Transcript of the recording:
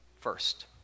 first